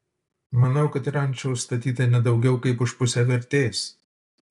manau kad ranča užstatyta ne daugiau kaip už pusę vertės